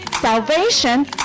salvation